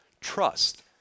trust